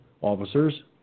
officers